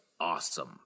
awesome